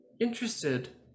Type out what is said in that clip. interested